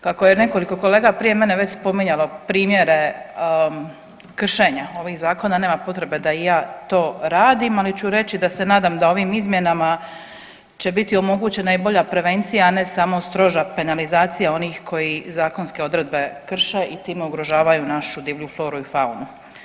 Kako je nekoliko kolega prije mene već spominjalo primjere kršenja ovih zakona nema potreba da i ja to radim, ali ću reći da se nadam da ovih izmjenama će biti omogućena i bolja prevencija, a ne samo stroža penalizacija onih koji zakonske odredbe krše i time ugrožavaju našu divlju floru i faunu.